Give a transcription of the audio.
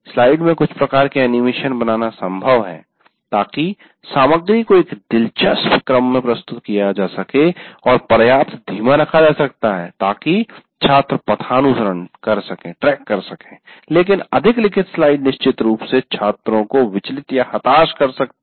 slide में कुछ प्रकार के एनिमेशन बनाना संभव है ताकि सामग्री को एक दिलचस्प क्रम में प्रस्तुत किया जा सके और पर्याप्त धीमा रखा जा सकता है ताकि छात्र पथानुसरण कर सके लेकिन अधिक लिखित स्लाइड निश्चित रूप से छात्रों को विचलितहताश कर सकती हैं